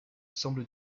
semble